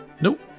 Nope